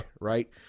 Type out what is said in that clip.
right